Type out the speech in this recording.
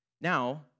Now